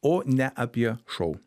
o ne apie šou